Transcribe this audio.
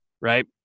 right